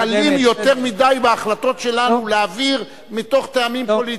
קלים יותר מדי בהחלטות שלנו להעביר מתוך טעמים פוליטיים.